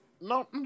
no